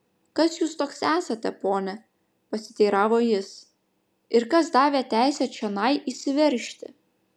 kas jūs toks esate pone pasiteiravo jis ir kas davė teisę čionai įsiveržti